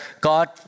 God